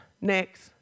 Next